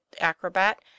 acrobat